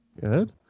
Good